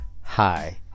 Hi